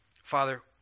Father